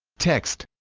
text